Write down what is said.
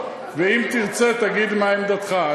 ואם תרצה תגיד מה עמדתך.